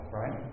right